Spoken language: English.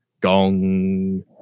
gong